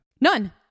none